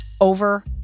over